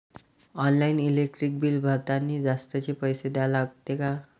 Online electric bill भरतानी जास्तचे पैसे द्या लागते का?